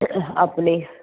ਆਪਣੇ